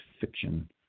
fiction